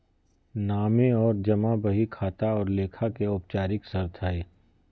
नामे और जमा बही खाता और लेखा के औपचारिक शर्त हइ